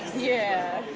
yeah.